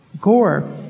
Gore